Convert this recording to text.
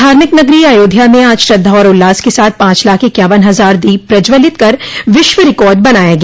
धार्मिक नगरी अयोध्या में आज श्रद्धा और उल्लास के साथ पांच लाख इक्यावन हजार दीप प्रज्ज्वलित कर विश्व रिकार्ड बनाया गया